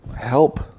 help